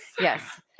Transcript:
yes